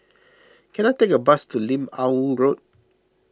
can I take a bus to Lim Ah Woo Road